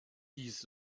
dies